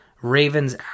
Raven's